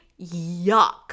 Yuck